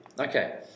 okay